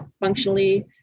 functionally